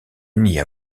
nia